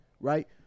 right